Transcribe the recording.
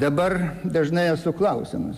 dabar dažnai esu klausiamas